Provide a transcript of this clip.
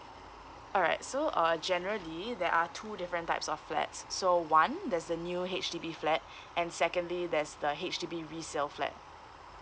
alright so uh generally there are two different types of flats so one there's the new H_D_B flat and secondly there's the H_D_B resale flat